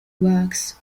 works